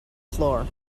floor